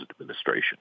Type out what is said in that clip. Administration